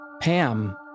Pam